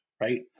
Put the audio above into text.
right